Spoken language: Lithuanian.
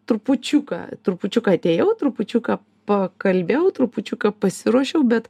trupučiuką trupučiuką atėjau trupučiuką pakalbėjau trupučiuką pasiruošiau bet